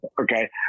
Okay